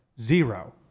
zero